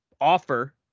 offer